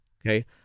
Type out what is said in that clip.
okay